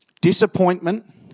disappointment